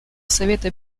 совета